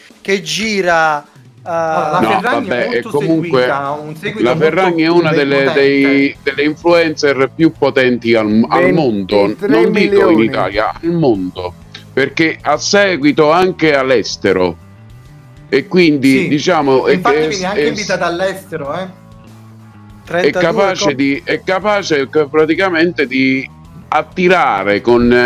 che gira, eh. Ah, la No, Ferragni è vabbè, e molto comunque seguita, un seguito la molto Ferragni è una ben delle- potente. dei- delle influencer più potenti al- al mondo. Non 23 dico in milioni. Italia, al mondo. Perché ha seguito anche all'estero. E quindi, Sì. diciamo, è- Infatti è- viene anche è- invitata all'estero, eh. 32, è capace co- di- è capace praticamente di attirare con-